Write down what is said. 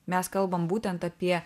mes kalbam būtent apie